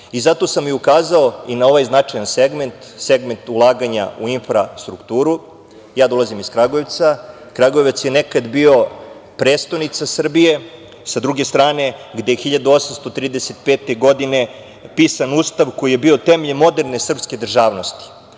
sam i ukazao i na ovaj značajan segment, segment ulaganja u infrastrukturu. Ja dolazim iz Kragujevca. Kragujevac je nekada bio prestonica Srbije. Sa druge strane, gde je 1835. godine pisan Ustav koji je bio temelj moderne srpske državnosti. Danas